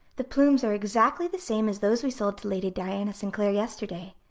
the plumes are exactly the same as those we sold to lady diana sinclair yesterday,